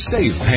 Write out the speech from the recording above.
Safe